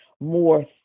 more